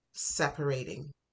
separating